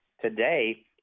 today